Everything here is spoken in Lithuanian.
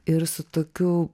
ir su tokiu